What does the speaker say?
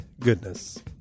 goodness